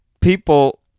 people